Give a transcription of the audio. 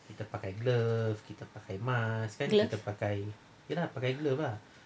glove